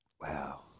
Wow